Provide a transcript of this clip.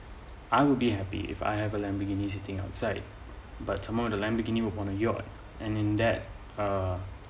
because I will be happy if I have a Lamborghini sitting outside but tomorrow the Lamborghini on a yard and in that uh